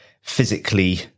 physically